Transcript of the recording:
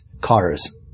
Cars